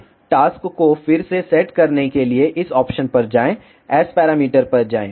इसलिए टास्क को फिर से सेट करने के लिए इस ऑप्शन पर जाएं S पैरामीटर पर जाएं ओके